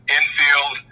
Infield